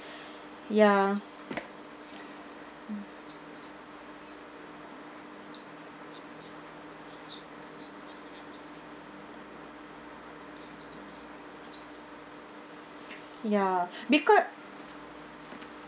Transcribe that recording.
ya mm ya because